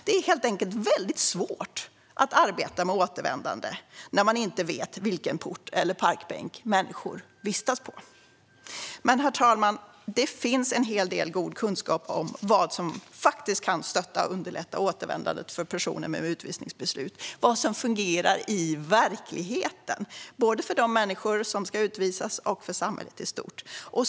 Det är helt enkelt mycket svårt att arbeta med återvändande när man inte vet vilken port eller parkbänk människor vistas på. Herr talman! Det finns en hel del god kunskap om vad som faktiskt kan stötta och underlätta återvändandet för personer med utvisningsbeslut, vad som fungerar i verkligheten både för de människor som ska utvisas och för samhället i stort.